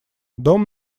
дом